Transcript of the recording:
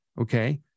Okay